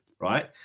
right